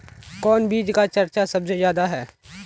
कौन बिचन के चर्चा सबसे ज्यादा है?